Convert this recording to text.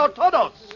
todos